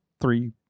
three